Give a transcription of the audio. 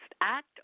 act